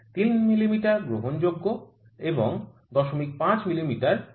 ০৩ মিমি গ্রহণযোগ্য এবং ০৫ মিমি গ্রহণযোগ্য নয়